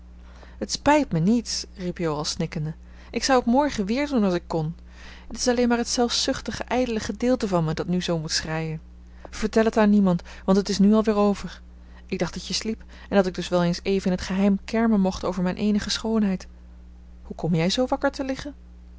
het spijt me niet riep jo al snikkende ik zou het morgen weer doen als ik kon het is alleen maar het zelfzuchtige ijdele gedeelte van me dat nu zoo moet schreien vertel het aan niemand want het is nu al weer over ik dacht dat je sliep en dat ik dus wel eens even in het geheim kermen mocht over mijn eenige schoonheid hoe kom jij zoo wakker te liggen